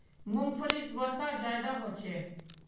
मूंग्फलीत वसा ज्यादा होचे